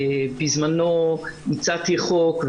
בזמנו הצעתי חוק,